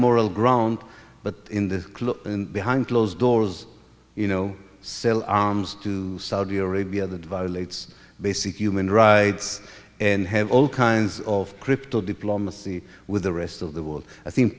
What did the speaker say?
moral ground but in the behind closed doors you know sell arms to saudi arabia that violates basic human rights and have all kinds of crypto diplomacy with the rest of the world i think